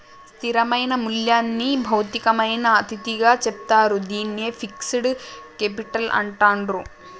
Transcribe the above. స్థిరమైన మూల్యంని భౌతికమైన అతిథిగా చెప్తారు, దీన్నే ఫిక్స్డ్ కేపిటల్ అంటాండ్రు